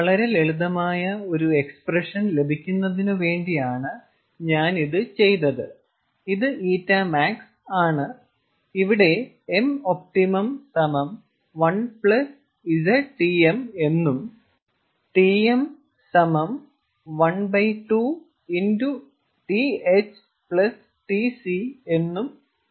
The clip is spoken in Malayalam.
വളരെ ലളിതമായ ഒരു എക്സ്പ്രഷൻ ലഭിക്കുന്നതിന് വേണ്ടിയാണ് ഞാൻ ഇത് ചെയ്തത് ഇത് ƞmax ആണ് ഇവിടെ mopt 1 Z Tm എന്നും Tm12TH TC എന്നും ഇവിടെ എഴുതാം